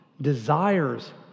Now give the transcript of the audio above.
desires